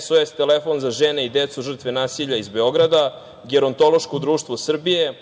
SOS telefon za žene i decu žrtve nasilja iz Beograda, Gerontološko društvo Srbije,